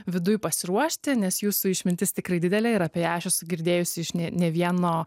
viduj pasiruošti nes jūsų išmintis tikrai didelė apie ją aš esu girdėjusi iš ne ne vieno